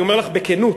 אני אומר לך בכנות,